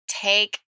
take